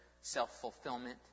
self-fulfillment